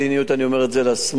אני אומר את זה לימין,